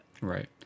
Right